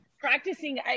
Practicing